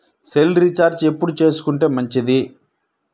Cell recharge ఎప్పుడు చేసుకొంటే మంచిది?